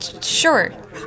Sure